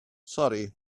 sori